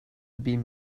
been